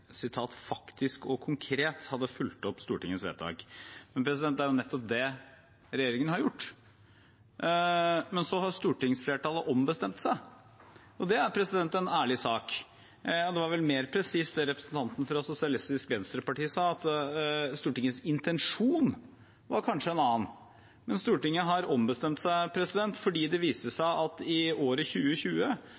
ikke faktisk og konkret hadde fulgt opp Stortingets vedtak. Det er jo nettopp det regjeringen har gjort, men så har stortingsflertallet ombestemt seg. Det er en ærlig sak. Det var vel mer presist det representanten fra Sosialistisk Venstreparti sa, at Stortingets intensjon kanskje var en annen, men Stortinget har ombestemt seg fordi det viste seg